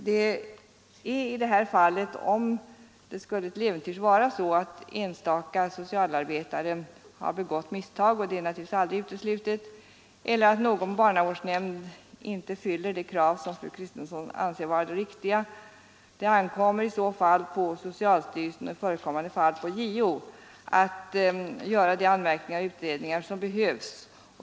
Om det till äventyrs skulle vara så att enstaka socialarbetare har begått misstag — och det är naturligtvis aldrig uteslutet — eller att någon barnavårdsnämnd inte fyller de krav som fru Kristensson anser vara riktiga, ankommer det på socialstyrelsen och i förekommande fall på JO att göra de anmärkningar och utredningar som behövs.